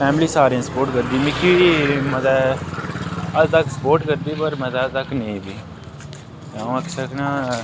family सारें दी support करदी मिकी बी मता अज्ज तक सपोर्ट करदी पर मता तक नेईं बी आ'ऊं आक्खी सकना